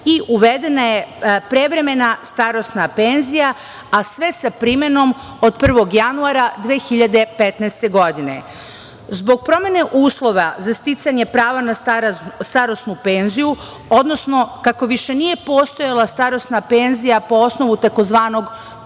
i uvedena je prevremena starosna penzija, a sve sa primenom od 1. januara 2015. godine. Zbog promene uslova za sticanje prava na starosnu penziju, odnosno kako više nije postojala starosna penzija po osnovu tzv. punog